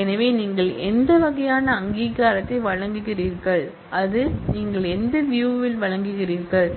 எனவே நீங்கள் எந்த வகையான அங்கீகாரத்தை வழங்குகிறீர்கள் அது நீங்கள் எந்த வியூ யில் வழங்குகிறீர்கள்